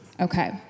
Okay